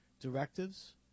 directives